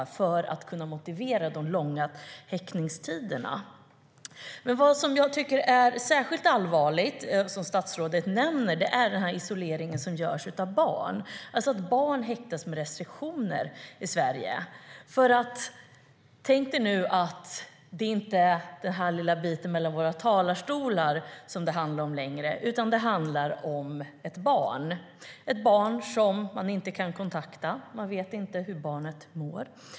Det skulle i så fall kunna motivera de långa häktningstiderna. Vad jag tycker är särskilt allvarligt, och som statsrådet nämner, är isoleringen som görs av barn. Barn häktas med restriktioner i Sverige. Man får tänka sig att det inte längre är den lilla biten mellan våra talarstolar här som det handlar om, utan det handlar om ett barn. Det är ett barn som man inte kan kontakta. Man vet inte hur barnet mår.